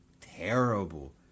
terrible